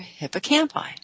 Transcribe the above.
hippocampi